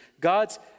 God's